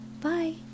bye